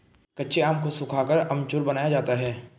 कच्चे आम को सुखाकर अमचूर बनाया जाता है